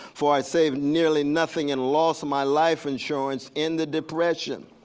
for i saved nearly nothing and lost my life insurance in the depression.